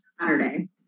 Saturday